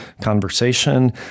conversation